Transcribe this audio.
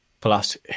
Plus